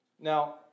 Now